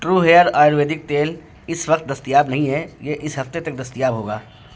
true Hair آیورویدک تیل اس وقت دستیاب نہیں ہے یہ اس ہفتے تک دستیاب ہوگا